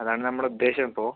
അതാണ് നമ്മടുദ്ദേശം ഇപ്പോൾ